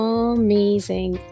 amazing